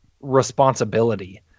responsibility